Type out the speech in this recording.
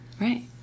right